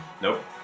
Nope